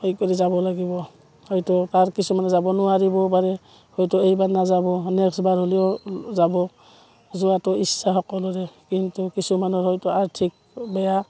হেৰি কৰি যাব লাগিব হয়তো তাৰ কিছুমানে যাব নোৱাৰিবও পাৰে হয়তো এইবাৰ নাযাব নেক্সটবাৰ হ'লেও যাব যোৱাটো ইচ্ছা সকলোৰে কিন্তু কিছুমানৰ হয়তো আৰ্থিক বেয়া